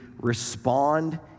respond